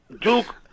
Duke